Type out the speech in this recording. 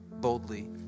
boldly